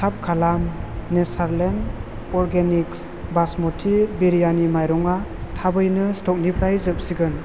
थाब खालाम Natureland organics basmati biryani माइरंआ थाबैनो स्टकनिफ्राय जोबसिगोन